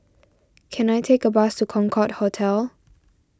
can I take a bus to Concorde Hotel